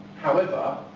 however,